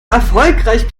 erfolgreich